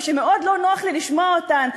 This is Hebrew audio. ושמאוד לא נוח לי לשמוע אותן.